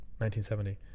1970